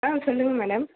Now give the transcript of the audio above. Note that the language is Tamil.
ஆ சொல்லுங்கள் மேடம்